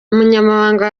umunyamabanga